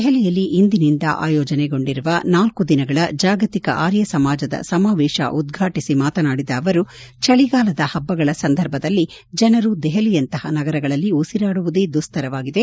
ದೆಹಲಿಯಲ್ಲಿ ಇಂದಿನಿಂದ ಆಯೋಜನೆಗೊಂಡಿರುವ ನಾಲ್ತು ದಿನಗಳ ಜಾಗತಿಕ ಆರ್ಯ ಸಮಾಜದ ಸಮಾವೇಶ ಉದ್ಘಾಟಿಸಿ ಮಾತನಾಡಿದ ಅವರು ಚಳಿಗಾಲದ ಹಭ್ಗಳ ಸಂದರ್ಭದಲ್ಲಿ ಜನರು ದೆಹಲಿಯಂತ ನಗರಗಳಲ್ಲಿ ಉಸಿರಾಡುವುದೇ ದುಸ್ತರವಾಗಿದೆ